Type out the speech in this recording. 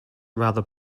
rather